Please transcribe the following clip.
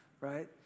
right